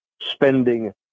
spending